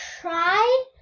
try